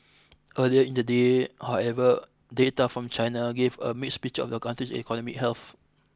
earlier in the day however data from China gave a mixed picture of the country's economic health